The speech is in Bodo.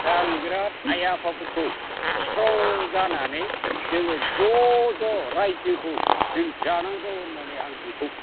दा आं बिराद आइ आफाफोरखौ स्थ्रं जानानै जोङो ज' ज' राइजोखौ जों जानांगौ होननानै आं बेखौ